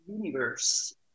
Universe